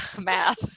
math